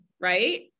Right